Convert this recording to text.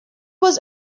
was